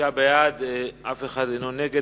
שישה בעד, אף אחד אינו נגד.